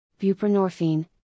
buprenorphine